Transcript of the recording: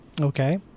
okay